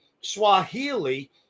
Swahili